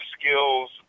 skills